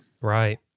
Right